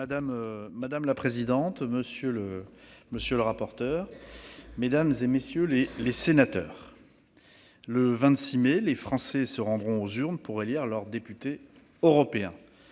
Madame la présidente, monsieur le rapporteur, mesdames, messieurs les sénateurs, le 26 mai prochain, les Français se rendront aux urnes pour élire leurs députés européens.